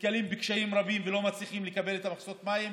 נתקלים בקשיים רבים ולא מצליחים לקבל את מכסות המים,